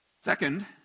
Second